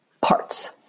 parts